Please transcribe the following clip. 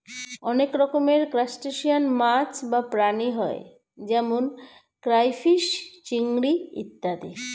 অনেক রকমের ক্রাস্টেশিয়ান মাছ বা প্রাণী হয় যেমন ক্রাইফিস, চিংড়ি ইত্যাদি